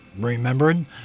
remembering